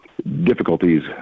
Difficulties